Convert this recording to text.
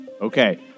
Okay